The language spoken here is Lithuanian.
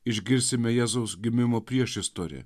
išgirsime jėzaus gimimo priešistorę